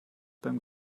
beim